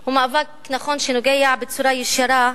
הוא מאבק שאולי לא נוגע בצורה ישירה